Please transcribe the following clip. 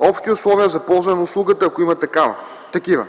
общи условия за ползване на услугата, ако има такива;